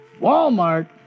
Walmart